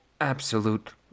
absolute